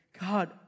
God